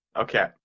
Okay